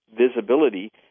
visibility